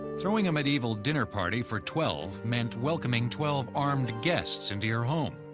throwing a medieval dinner party for twelve meant welcoming twelve armed guests into your home.